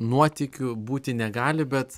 nuotykių būti negali bet